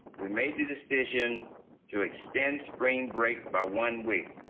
we made the decision to extend spring break by one week.